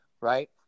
Right